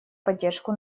поддержку